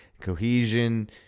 Cohesion